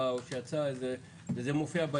לציבור?